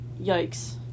yikes